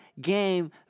game